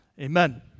amen